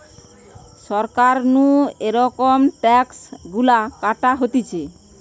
সরকার নু এরম ট্যাক্স গুলা কাটা হতিছে